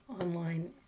online